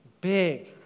big